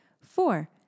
Four